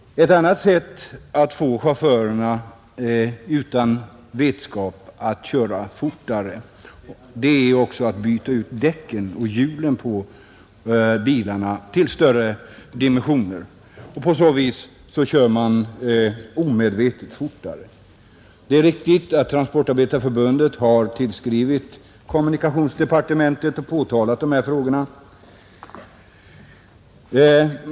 Ett annat sätt att få chaufförerna att köra fortare utan deras vetskap är också att byta ut däcken och hjulen på bilarna till större dimensioner, och på så vis kör man omedvetet fortare. Det är riktigt att Transportarbetareförbundet har tillskrivit kommunikationsdepartementet och påtalat dessa frågor.